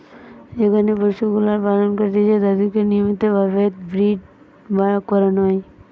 যেখানে পশুগুলার পালন করতিছে তাদিরকে নিয়মিত ভাবে ব্রীড করানো হয়